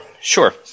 sure